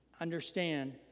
understand